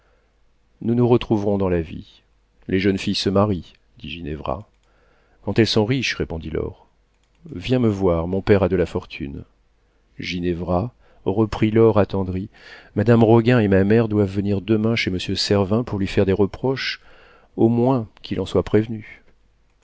nous nous retrouverons dans la vie les jeunes filles se marient dit ginevra quand elles sont riches répondit laure viens me voir mon père a de la fortune ginevra reprit laure attendrie madame roguin et ma mère doivent venir demain chez monsieur servin pour lui faire des reproches au moins qu'il en soit prévenu